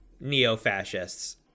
neo-fascists